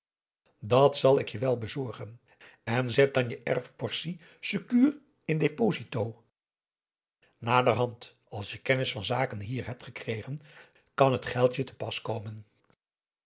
dat kan ik je wel bezorgen en zet dan je erfportie secuur in deposito naderhand als je kennis van zaken hier hebt gekregen kan t geld je te pas komen